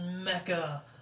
mecca